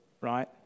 right